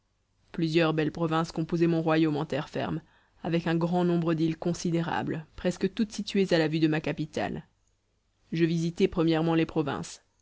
plusieurs belles provinces composaient mon royaume en terre ferme avec un grand nombre d'îles considérables presque toutes situées à la vue de ma capitale je visitai premièrement les provinces